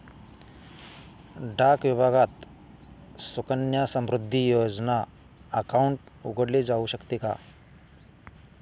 डाक विभागात सुकन्या समृद्धी योजना अकाउंट उघडले जाऊ शकते का?